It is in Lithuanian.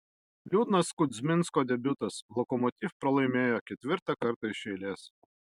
liūdnas kuzminsko debiutas lokomotiv pralaimėjo ketvirtą kartą iš eilės